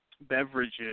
beverages